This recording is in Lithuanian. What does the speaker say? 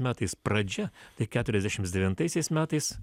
metais pradžia tai keturiasdešimt devintaisiais metais